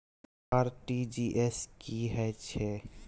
RTG S की है छै?